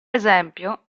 esempio